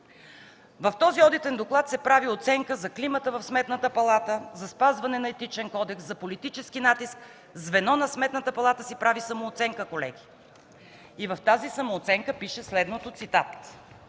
В този одитен доклад се прави оценка за климата в Сметната палата, за спазване на Етичния кодекс, за политически натиск, звено на Сметната палата си прави самооценка, колеги. В тази самооценка пише следното: